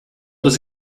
does